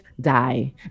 die